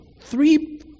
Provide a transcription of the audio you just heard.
three